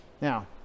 Now